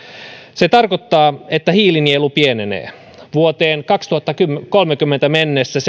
se tarkoittaa että hiilinielu pienenee vuoteen kaksituhattakolmekymmentä mennessä